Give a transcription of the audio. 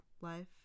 life